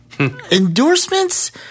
endorsements